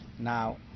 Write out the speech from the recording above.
Now